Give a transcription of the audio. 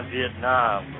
Vietnam